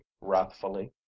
wrathfully